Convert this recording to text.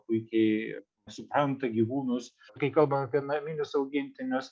puikiai supranta gyvūnus kai kalbam apie naminius augintinius